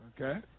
okay